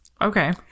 Okay